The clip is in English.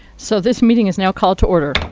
so this meeting is now called to order.